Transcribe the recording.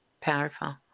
Powerful